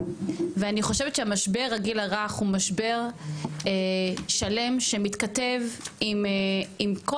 ואני חושבת שהמשבר הגיל הרך הוא משבר שלם שמתכתב עם כל